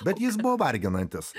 bet jis buvo varginantis